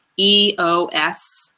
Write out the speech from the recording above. EOS